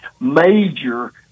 major